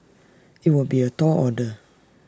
IT would be A tall order